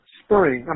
spring